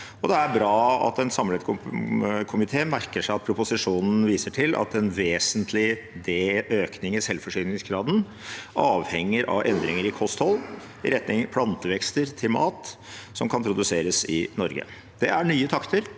Det er bra at en samlet komité merker seg at proposisjonen viser til at en vesentlig økning i selvforsyningsgraden avhenger av endringer i kosthold, i retning plantevekster til mat som kan produseres i Norge. Det er nye takter